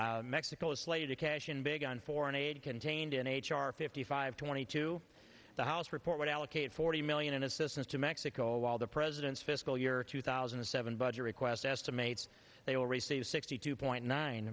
court mexico's played to cash in big on foreign aid contained in h r fifty five twenty two the house report would allocate forty million in assistance to mexico while the president's fiscal year two thousand and seven budget request estimates they will receive sixty two point nine